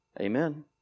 Amen